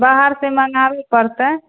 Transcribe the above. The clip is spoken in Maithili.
बाहरसँ मँगाबै पड़तै